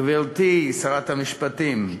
גברתי שרת המשפטים,